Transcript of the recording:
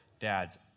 dads